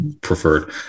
preferred